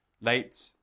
late